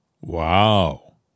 Wow